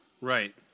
Right